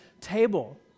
table